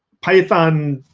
python,